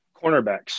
Cornerbacks